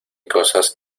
cosas